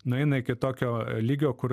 nueina iki tokio lygio kur